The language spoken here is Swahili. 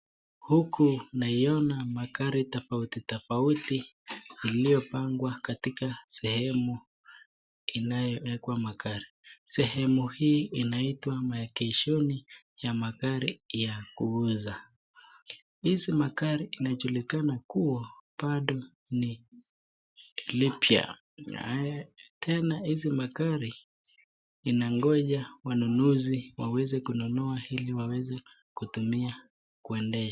Huku naiona magari tofauti tofauti iliyopangwa katika sehemu inayoekwa magari. Sehemu hii inaitwa maegeshoni ya magari ya kuuza. Hizi magari inajulikana kuwa bado ni lipya. Tena hizi magari inangoja wanunuzi waweze kununua ili waweze kutumia kuendesha.